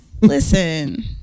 Listen